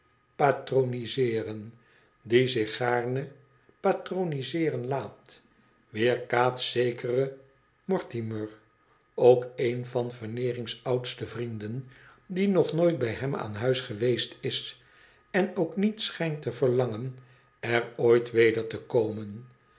patronizeeren die zich gaarne patronizeeren laat weerkaatst zekeren mortimer ook een van veneenng i oudste vrienden die nog nooit bij hem aan hui geweest is en ook niet schijnt te verlangen er ooit weder te komen